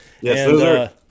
Yes